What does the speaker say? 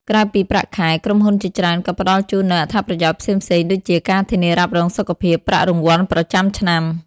ក្រៅពីប្រាក់ខែ ក្រុមហ៊ុនជាច្រើនក៏ផ្តល់ជូននូវ អត្ថប្រយោជន៍ផ្សេងៗដូចជា ការធានារ៉ាប់រងសុខភាព ប្រាក់រង្វាន់ប្រចាំឆ្នាំ។